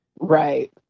Right